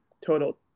total